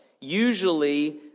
usually